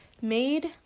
made